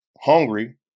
hungry